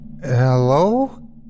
Hello